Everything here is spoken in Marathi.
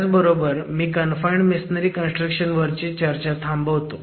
ह्याबरोबरच मी कन्फाईंड मेसोनरी कन्स्ट्रक्शन वरची चर्चा थांबवतो